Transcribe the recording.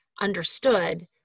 understood